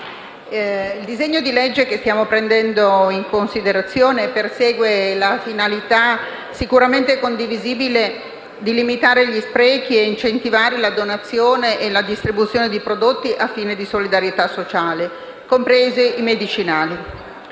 il disegno di legge che stiamo prendendo in considerazione persegue la finalità, sicuramente condivisibile, di limitare gli sprechi e incentivare la donazione e la distribuzione di prodotti a fini di solidarietà sociale, compresi i medicinali.